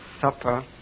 Supper